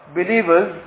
believers